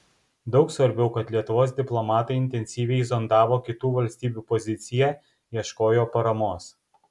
daug svarbiau kad lietuvos diplomatai intensyviai zondavo kitų valstybių poziciją ieškojo paramos